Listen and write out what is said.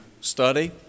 study